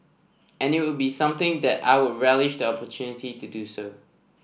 and it would be something that I would relish the opportunity to do so